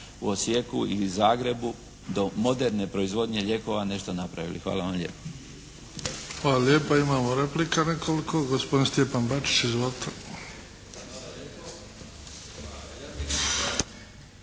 u Osijeku ili Zagrebu do moderne proizvodnje lijekova nešto napravili. Hvala vam lijepo. **Bebić, Luka (HDZ)** Hvala lijepa. Imamo replika nekoliko. Gospodin Stjepan Bačić. Izvolite.